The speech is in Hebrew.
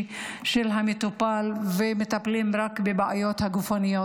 של המטופל ומטפלים רק בבעיות הגופניות,